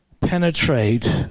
penetrate